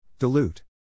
Dilute